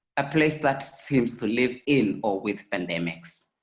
a place that seems to live in or with pandemics,